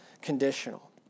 conditional